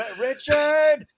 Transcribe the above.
richard